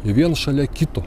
jie viens šalia kito